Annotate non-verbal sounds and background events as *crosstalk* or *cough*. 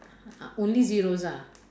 *noise* only zeros ah